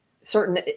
certain